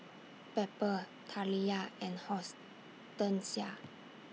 Pepper Taliyah and Horstensia